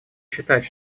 считать